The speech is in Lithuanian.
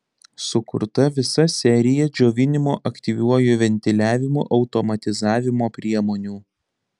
sukurta visa serija džiovinimo aktyviuoju ventiliavimu automatizavimo priemonių